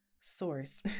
source